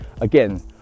again